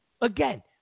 Again